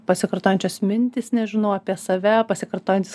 pasikartojančios mintys nežinau apie save pasikartojantys